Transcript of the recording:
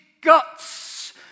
guts